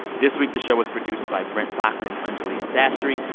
this week, the show was produced by brent baughman and anjuli sastry.